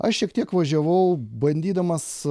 aš šiek tiek važiavau bandydamas